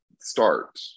start